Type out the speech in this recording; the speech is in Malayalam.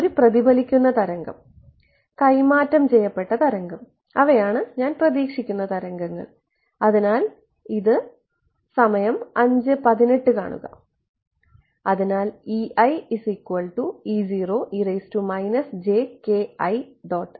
ഒരു പ്രതിഫലിക്കുന്ന തരംഗം കൈമാറ്റം ചെയ്യപ്പെട്ട തരംഗം അവയാണ് ഞാൻ പ്രതീക്ഷിക്കുന്ന തരംഗങ്ങൾ അതിനാൽ ഇത് റഫ സമയം 0518 കാണുക